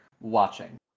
watching